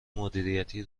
مدیریتی